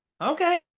Okay